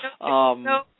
No